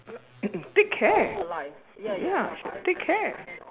thick hair ya thick hair